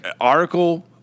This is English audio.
Article